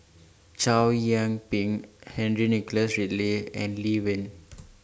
Chow Yian Ping Henry Nicholas Ridley and Lee Wen